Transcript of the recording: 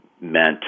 meant